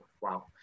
Wow